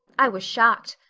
i was shocked.